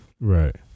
Right